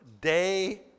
day